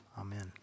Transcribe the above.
Amen